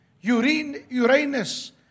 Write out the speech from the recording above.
Uranus